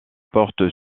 portent